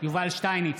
יובל שטייניץ,